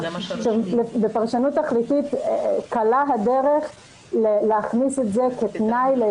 בפרשנות תכליתית, קלה הדרך להכניס את זה כתנאי.